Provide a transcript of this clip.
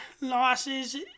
losses